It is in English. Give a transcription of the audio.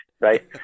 right